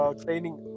training